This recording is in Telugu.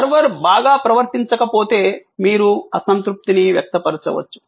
సర్వర్ బాగా ప్రవర్తించకపోతే మీరు అసంతృప్తిని వ్యక్తపరచవచ్చు